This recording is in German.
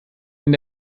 wenn